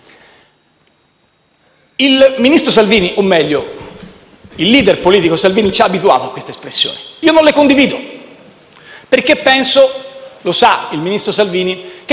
Il ministro Salvini o, meglio, il *leader* politico Salvini ci ha abituato a queste espressioni. Non le condivido perché penso - lo sa il ministro Salvini - che non sia